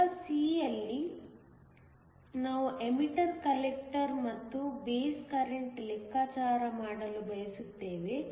ಭಾಗ c ಯಲ್ಲಿ ನಾವು ಎಮಿಟರ್ ಕಲೆಕ್ಟರ್ ಮತ್ತು ಬೇಸ್ ಕರೆಂಟ್ ಲೆಕ್ಕಾಚಾರ ಮಾಡಲು ಬಯಸುತ್ತೇವೆ